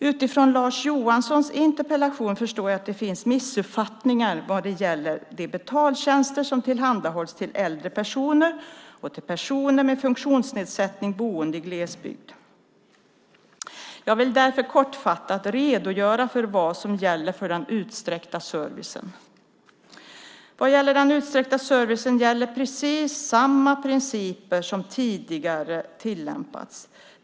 Utifrån Lars Johanssons interpellation förstår jag att det finns missuppfattningar vad gäller de betaltjänster som tillhandahålls till äldre personer och till personer med funktionsnedsättning boende i glesbygd, så kallad utsträckt service. Jag vill därför kortfattat redogöra för vad som gäller för den utsträckta servicen. Vad gäller den utsträckta servicen gäller precis samma principer som tillämpats tidigare.